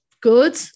Good